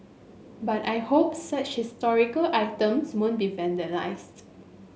but I hope such historical items won't be vandalised